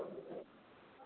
okay